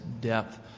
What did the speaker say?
depth